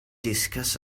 discuss